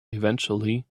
eventually